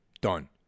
Done